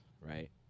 right